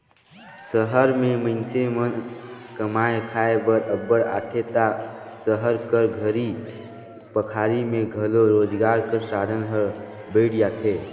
सहर में मइनसे मन कमाए खाए बर अब्बड़ आथें ता सहर कर घरी पखारी में घलो रोजगार कर साधन हर बइढ़ जाथे